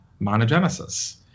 monogenesis